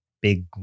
big